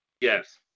Yes